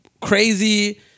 crazy